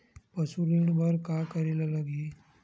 पशु ऋण बर का करे ला लगही?